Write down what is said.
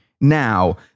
now